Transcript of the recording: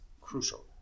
crucial